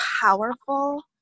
powerful